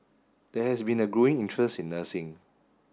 there has been a growing interest in nursing